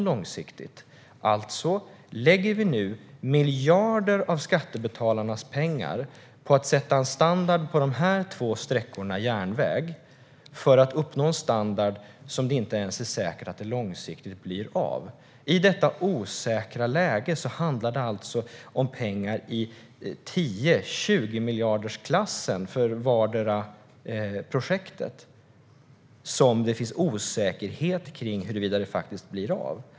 Vi lägger alltså nu miljarder av skattebetalarnas pengar på att sätta en standard på dessa två järnvägssträckor för att uppnå en standard som det långsiktigt sett kanske inte blir något av. Det handlar om pengar i 10-20-miljardersklassen för varje projekt, vilka det råder osäkerhet om huruvida de alls blir av.